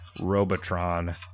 Robotron